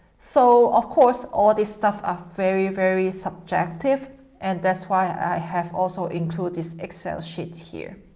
so, of course, all these stuff are very very subjective and that's why i have also include this excel sheet here.